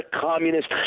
communist